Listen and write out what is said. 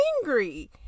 angry